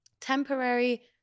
temporary